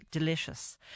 Delicious